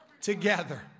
together